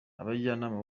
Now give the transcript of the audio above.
abajyanama